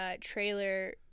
trailer